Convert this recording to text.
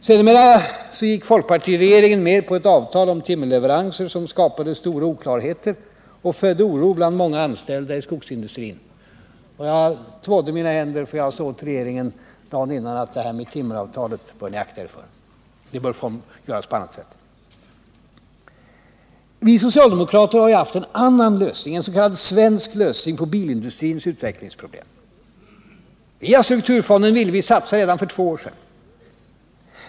Sedermera gick folkpartiregeringen med på ett avtal om timmerleveranser som skapade stora oklarheter och födde oro bland många anställda i skogsindustrin. Jag tvådde mina händer, för jag sade dagen innan åt regeringen att den skulle akta sig för det här timmeravtalet; problemen borde lösas på annat sätt. Vi socialdemokrater har haft en annan lösning, en s.k. svensk lösning, på bilindustrins utvecklingsproblem. Via strukturfonden ville vi satsa redan för två år sedan.